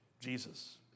Jesus